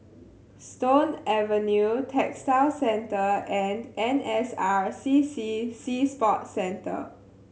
Stone Avenue Textile Centre and N S R C C Sea Sports Centre